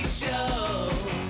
show